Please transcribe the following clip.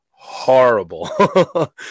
Horrible